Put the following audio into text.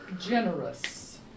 generous